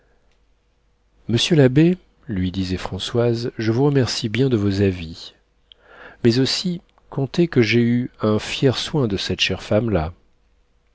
monsieur l'abbé lui disait françoise je vous remercie bien de vos avis mais aussi comptez que j'ai eu un fier soin de cette chère femme-là